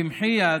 במחי יד,